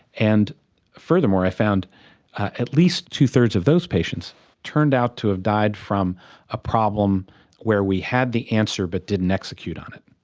and furthermore, i found at least two thirds of those patients turned out to have died from a problem where we had the answer but didn't execute on it.